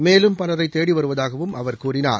மேலும் பலரை தேடிவருவதாகவும் அவர் கூறினார்